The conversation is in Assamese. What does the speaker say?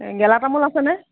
গেলা তামোল আছেনে